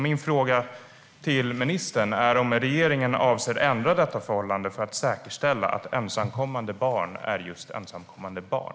Min fråga till ministern är om regeringen avser att ändra detta förhållande för att säkerställa att ensamkommande barn är just ensamkommande barn.